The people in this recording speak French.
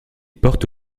porte